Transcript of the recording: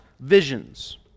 visions